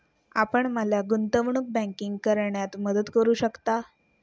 आपण मला गुंतवणूक बँकिंग करण्यात मदत करू शकता?